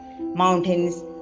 mountains